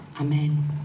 Amen